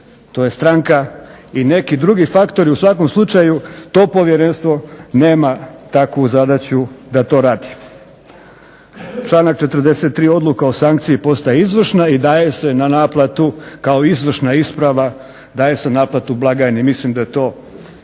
to je stranka i neki drugi faktori u svakom slučaju to povjerenstvo nema takvu zadaću da to radi. Članak 43. odluka o sankciji postaje izvršna i daje se na naplatu kao izvršna isprava, daje se na naplatu blagajni. Mislim da to